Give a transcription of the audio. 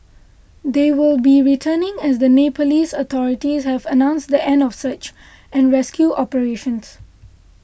they will be returning as the Nepalese authorities have announced the end of search and rescue operations